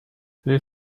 les